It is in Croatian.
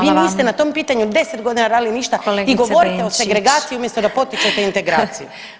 Vi niste na tom pitanju 10 godina radili ništa [[Upadica: Kolegice Benčić.]] i govorite o segregaciji umjesto da potičete integraciju.